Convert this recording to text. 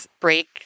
break